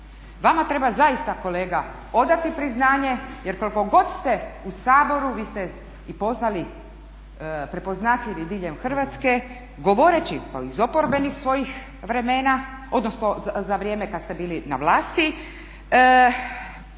Vama treba zaista kolega odati priznanje jer koliko god ste u Saboru vi ste i postali prepoznatljivi diljem Hrvatske govoreći iz oporbenih svojih vremena, odnosno za vrijeme kad ste bili na vlasti,